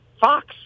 Fox